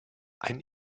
ein